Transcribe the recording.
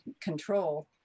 control